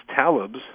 talibs